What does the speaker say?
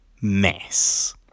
mess